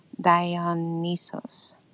Dionysos